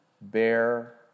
Bear